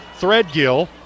Threadgill